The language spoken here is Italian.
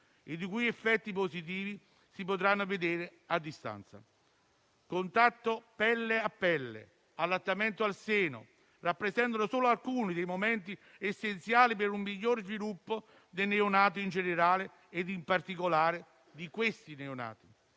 i cui effetti positivi si potranno vedere a distanza. Contatto pelle a pelle e allattamento al seno rappresentano solo alcuni dei momenti essenziali per un migliore sviluppo del neonato in generale, ma in particolare di questi neonati.